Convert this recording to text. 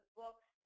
books